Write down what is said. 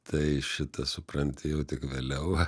tai šitą supranti jau tik vėliau